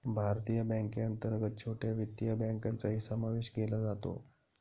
भारतीय बँकेअंतर्गत छोट्या वित्तीय बँकांचाही समावेश केला जातो